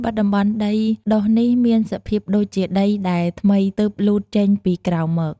ត្បិតតំបន់ដីដុះនេះមានសភាពដូចជាដី ដែលថ្មីទើបលូតចេញពីក្រោមមក។